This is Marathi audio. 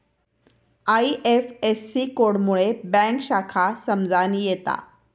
आई.एफ.एस.सी कोड मुळे बँक शाखा समजान येता